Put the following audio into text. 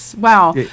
Wow